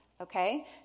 Okay